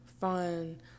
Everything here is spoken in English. fun